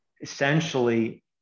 essentially